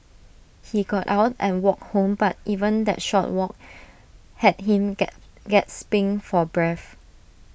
he got out and walked home but even that short walk had him get gasping for breath